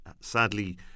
sadly